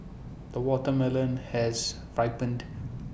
the watermelon has ripened